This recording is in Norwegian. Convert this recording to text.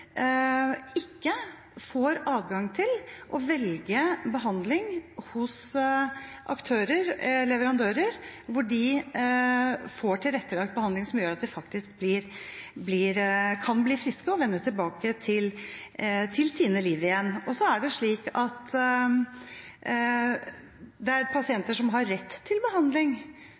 ikke får adgang til å velge behandling hos aktører og leverandører hvor de får tilrettelagt behandling som gjør at de faktisk kan bli friske og vende tilbake til sitt liv. Det er pasienter som har rett til